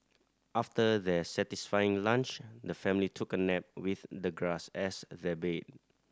after their satisfying lunch the family took a nap with the grass as their bed